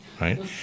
right